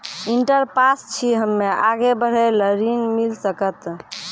Inter pass छी हम्मे आगे पढ़े ला ऋण मिल सकत?